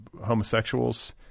homosexuals